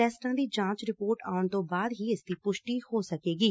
ਟੈਸਟਾ ਦੀ ਜਾਚ ਰਿਪੋਰਟ ਆਉਣ ਤੋ ਬਾਅਦ ਹੀ ਇਸ ਦੀ ਪੁਸ਼ਟੀ ਹੋ ਸਕੇਗੀ